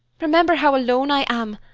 remember how alone i am,